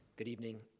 good evening